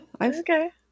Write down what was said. Okay